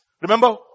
Remember